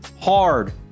hard